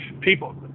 people